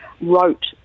wrote